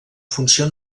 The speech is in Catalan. funció